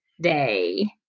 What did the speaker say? day